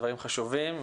דברים חשובים.